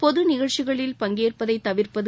பொது நிகழ்ச்சிகளில் பங்கேற்பதை தவிர்ப்பது